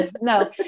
no